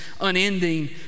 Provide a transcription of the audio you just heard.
unending